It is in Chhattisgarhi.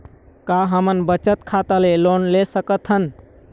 का हमन बचत खाता ले लोन सकथन?